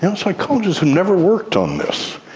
and psychologists have never worked on this,